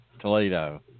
Toledo